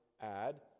add